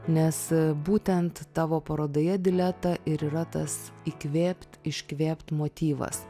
nes būtent tavo parodoje dileta ir yra tas įkvėpt iškvėpt motyvas